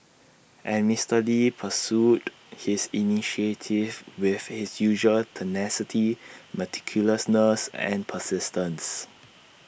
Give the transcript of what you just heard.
and Mister lee pursued his initiative with his usual tenacity meticulousness and persistence